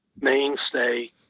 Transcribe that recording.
mainstay